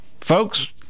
folks